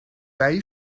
they